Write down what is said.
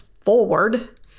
forward